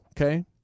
okay